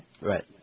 Right